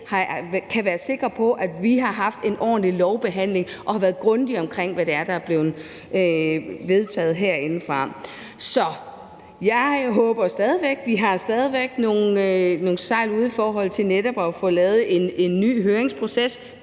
kan være sikre på, at vi har haft en ordentlig lovbehandling og har været grundige omkring det, der er blevet vedtaget herinde. Vi har stadig væk nogle sejl ude i forhold til netop at få lavet en ny høringsproces.